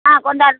ஆ கொண்டார்